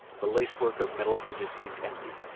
the lacework of metal bridges seemed empty.